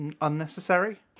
unnecessary